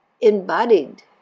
embodied